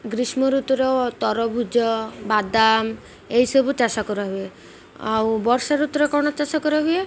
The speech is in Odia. ଗ୍ରୀଷ୍ମ ଋତୁର ତରଭୁଜ ବାଦାମ ଏଇସବୁ ଚାଷ କରାହୁୁଏ ଆଉ ବର୍ଷା ଋତୁୁର କ'ଣ ଚାଷ କରାହୁଏ